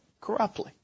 corruptly